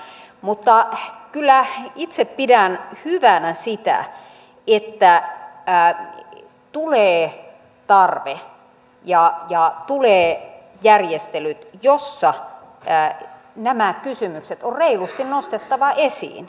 mutta kyllä itse pidän hyvänä sitä että tulee tarve ja tulee järjestelyt joissa nämä kysymykset on reilusti nostettava esiin